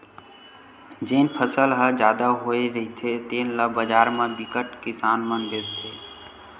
जेन फसल ह जादा होए रहिथे तेन ल बजार म बिकट किसान मन बेचथे